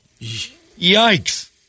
Yikes